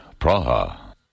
Praha